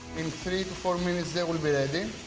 in three to four minutes, it will be ready.